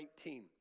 19